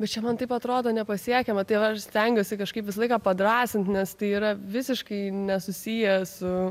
bet čia man taip atrodo nepasiekiama tai va aš stengiuosi kažkaip visą laiką padrąsint nes tai yra visiškai nesusiję su